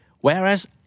whereas